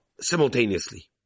simultaneously